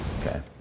Okay